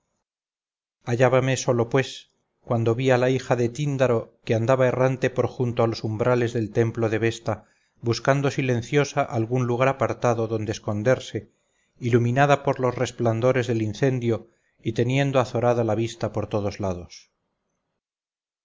llamas hallábame solo pues cuando vi a la hija de tíndaro que andaba errante por junto a los umbrales del templo de vesta buscando silenciosa algún lugar apartado donde esconderse iluminada por los resplandores del incendio y teniendo azorada la vista por todos lados